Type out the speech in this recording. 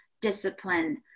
discipline